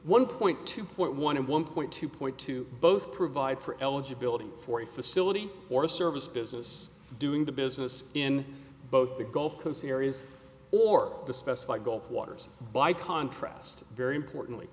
one point two point one one point two point two both provide for eligibility for a facility or service business doing the business in both the gulf coast areas or the specified gulf waters by contrast very important